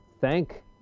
thank